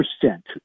percent